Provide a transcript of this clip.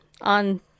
on